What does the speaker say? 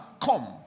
come